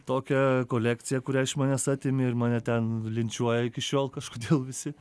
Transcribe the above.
tokią kolekciją kurią iš manęs atėmė ir mane ten linčiuoja iki šiol kažkodėl visi